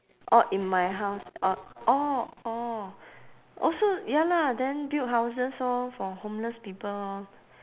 orh in my house uh orh orh oh so ya lah then build houses orh for homeless people orh